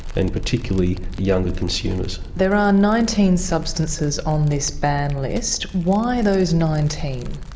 and particularly younger consumers. there are ah nineteen substances on this ban list. why those nineteen?